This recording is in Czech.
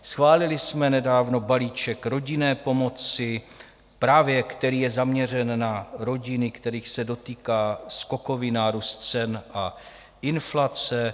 Schválili jsme nedávno balíček rodinné pomoci, který je zaměřen právě na rodiny, kterých se dotýká skokový nárůst cen a inflace.